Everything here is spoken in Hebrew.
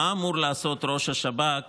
מה אמור לעשות ראש השב"כ